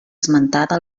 esmentada